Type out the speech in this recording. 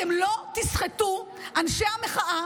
אתם לא תסחטו, אנשי המחאה,